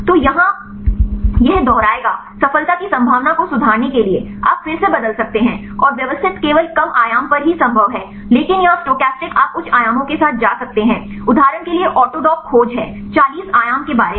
तो यहाँ यह दोहराएगा सफलता की संभावना को सुधारने के लिए आप फिर से बदल सकते है और व्यवस्थित केवल कम आयाम पर ही संभव है लेकिन यहाँ स्टोचस्टिक आप उच्च आयामों के साथ जा सकते हैं उदाहरण के लिए ऑटोडॉक खोज है चालीस आयाम के बारे में